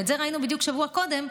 ואת זה ראינו בדיוק שבוע קודם,